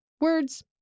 words